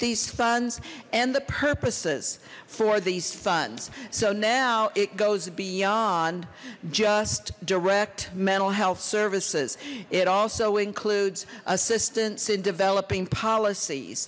these funds and the purposes for these funds so now it goes beyond just direct mental health services it also includes assistance in developing policies